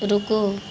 रुको